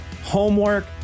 homework